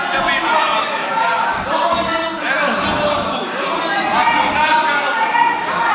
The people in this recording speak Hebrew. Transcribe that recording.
יש לו הודעה אישית.